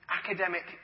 academic